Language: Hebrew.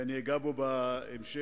ואגע בו בהמשך,